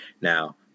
Now